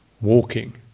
walking